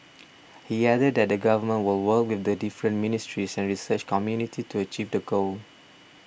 he added that the Government will work with the different ministries and research community to achieve the goal